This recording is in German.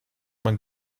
man